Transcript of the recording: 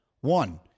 One